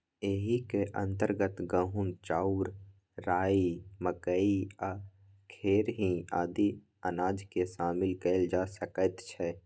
एहिक अंतर्गत गहूम, चाउर, राई, मकई आ खेरही आदि अनाजकेँ शामिल कएल जा सकैत छै